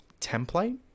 template